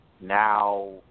Now